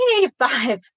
1985